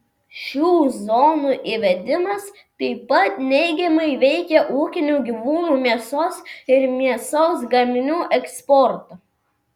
šių zonų įvedimas taip pat neigiamai veikia ūkinių gyvūnų mėsos ir mėsos gaminių eksportą